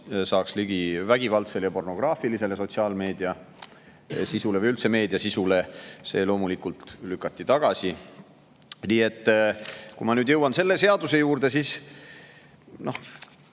saaks ligi vägivaldsele ja pornograafilisele sotsiaalmeedia sisule või üldse meediasisule. See loomulikult lükati tagasi. Nii et kui ma jõuan selle seaduse juurde, siis siin